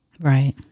Right